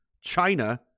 China